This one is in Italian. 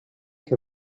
che